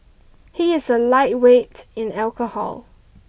he is a lightweight in alcohol